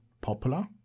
popular